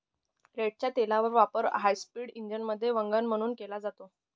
रेडच्या तेलाचा वापर हायस्पीड इंजिनमध्ये वंगण म्हणून केला जातो